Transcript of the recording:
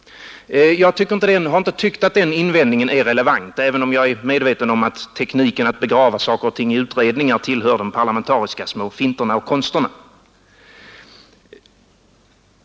Jag har inte tyckt att den invändningen är relevant, även om jag är medveten om att tekniken att begrava saker och ting i utredningar tillhör de parlamentariska små finterna och konsterna.